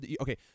okay